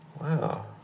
wow